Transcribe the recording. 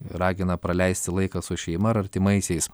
ragina praleisti laiką su šeima ar artimaisiais